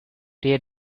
tear